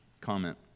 comment